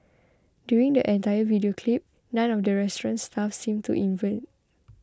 during the entire video clip none of the restaurant's staff seemed to invent